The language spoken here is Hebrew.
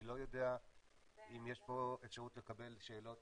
אני לא יודע אם יש פה אפשרות לקבל שאלות